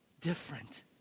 different